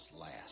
last